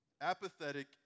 Apathetic